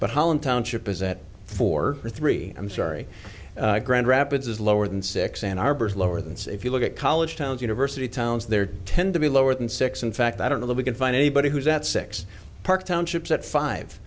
but holland township is at four or three i'm sorry grand rapids is lower than six and arbors lower than so if you look at college towns university towns there tend to be lower than six in fact i don't know that we can find anybody who's at six park townships at five